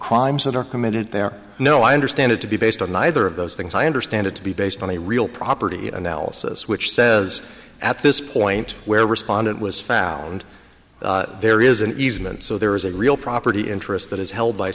crimes that are committed there no i understand it to be based on neither of those things i understand it to be based on a real property analysis which says at this point where respondent was found there is an easement so there is a real property interest that is held by